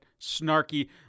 snarky